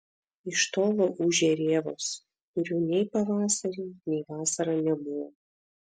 iš tolo ūžia rėvos kurių nei pavasarį nei vasarą nebuvo